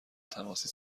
تماسی